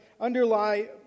underlie